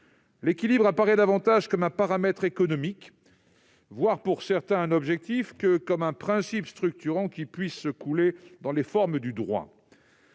L'équilibre apparaît davantage comme un paramètre économique, voire pour certains, un objectif, que comme un principe structurant qui puisse se couler dans les formes du droit.